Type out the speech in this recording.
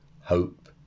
hope